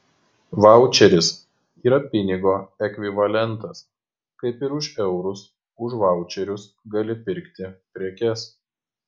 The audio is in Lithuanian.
vaučeris yra pinigo ekvivalentas kaip ir už eurus už vaučerius gali pirkti prekes